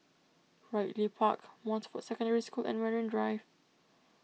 Ridley Park Montfort Secondary School and Marine Drive